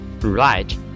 Right